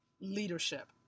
leadership